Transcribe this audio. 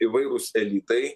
įvairūs elitai